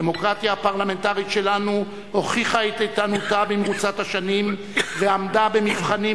הדמוקרטיה הפרלמנטרית שלנו הוכיחה את איתנותה במרוצת השנים ועמדה במבחנים